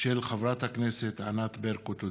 תודה